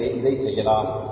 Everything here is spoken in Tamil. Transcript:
எனவே இதை செய்யலாம்